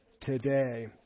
today